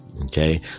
Okay